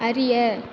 அறிய